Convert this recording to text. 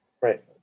Right